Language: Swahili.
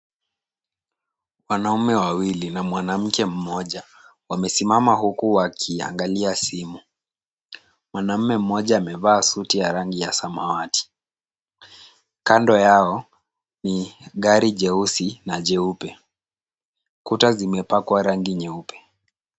Wanaume wawili na mwanamke mmoja wamesimama huku wakiangalia simu. Mwanaume mmoja amevaa suti ya rangi ya samawati. Kando yao ni gari jeusi na jeupe. Kuta zimepakwa rangi nyeupe.